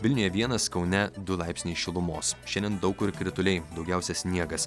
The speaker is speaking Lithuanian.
vilniuje vienas kaune du laipsniai šilumos šiandien daug kur krituliai daugiausia sniegas